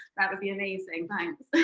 that would be amazing. thanks.